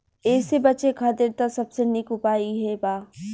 एसे बचे खातिर त सबसे निक उपाय इहे बा